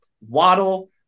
Waddle